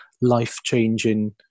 life-changing